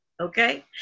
Okay